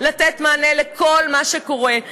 ולא יכול לתת מענה לכל מה שקורה.